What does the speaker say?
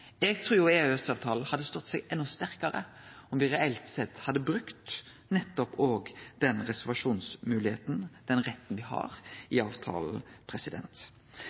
Eg trur EØS-avtalen hadde stått seg enda sterkare om me reelt sett hadde brukt den reservasjonsmoglegheita, den retten me har i avtalen.